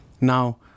Now